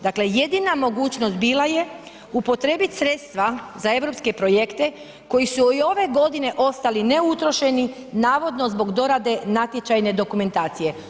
Dakle, jedina mogućnost bila je upotrijebiti sredstva za europske projekte koji su i ove godine ostali neutrošeni navodno zbog dorade natječajne dokumentacije.